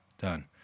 done